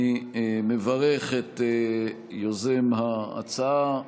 אני מברך את יוזם ההצעה,